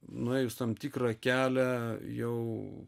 nuėjus tam tikrą kelią jau